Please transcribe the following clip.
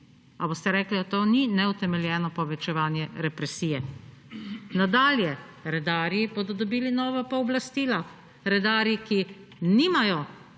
A boste rekli, da to ni neutemeljeno povečevanje represije? Nadalje, redarji bodo dobili nova pooblastila. Redarji, ki nimajo